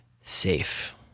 safe